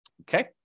Okay